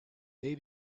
they